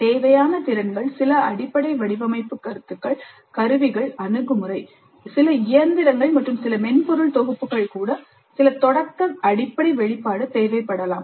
தேவையான திறன்கள் சில அடிப்படை வடிவமைப்பு கருத்துக்கள் கருவிகள் அணுகுமுறை சில இயந்திரங்கள் மற்றும் சில மென்பொருள் தொகுப்புகள் கூட சில தொடக்க அடிப்படை வெளிப்பாடு தேவைப்படும்